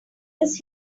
does